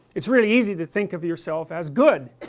it really easy to think of yourself as good,